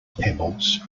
pebbles